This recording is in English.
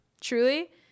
truly